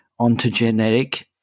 ontogenetic